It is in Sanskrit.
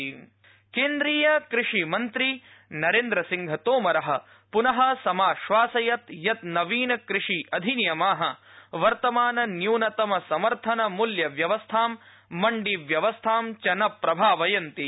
तोमर केन्द्रीय कृषिमन्त्री नरेन्द्र सिंह तोमर प्न प्रोक्तवान् यत् नवीनकृषि अधिनियमा वर्तमान न्यूनतम समर्थन मूल्य व्यवस्थां मण्डीव्यवस्थां च न प्रभावयन्ति